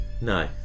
No